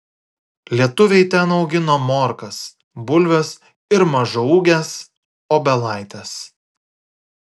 lietuviai ten augino morkas bulves ir mažaūges obelaites